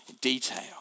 detail